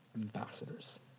Ambassadors